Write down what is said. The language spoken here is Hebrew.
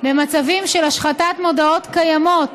במצבים של השחתת מודעות קיימות